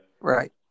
Right